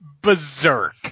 berserk